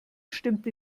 stimmte